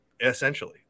essentially